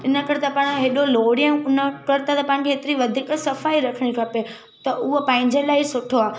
हिन करे त पंहिंजा एॾो लोड ई उन कर त तव्हांखे एतिरी वधीक सफ़ाई रखिणी खपे त उहो पंहिंजे लाइ सुठो आहे